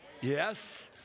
Yes